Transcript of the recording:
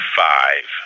five